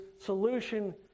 solution